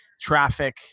traffic